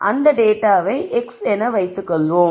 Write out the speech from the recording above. அந்த டேட்டாவை x என்று வைத்துக்கொள்வோம்